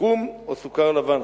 חום או סוכר לבן.